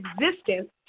existence